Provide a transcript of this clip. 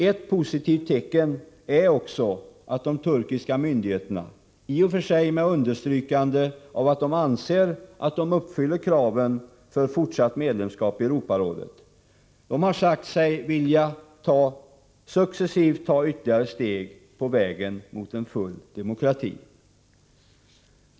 Ett positivt tecken är att de turkiska myndigheterna — i och för sig med understrykande av att de anser att de uppfyller kraven för fortsatt medlem skap i Europarådet — har sagt sig successivt vilja ta ytterligare steg på vägen mot full demokrati.